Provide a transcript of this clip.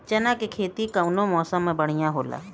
चना के खेती कउना मौसम मे बढ़ियां होला?